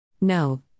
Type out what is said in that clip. No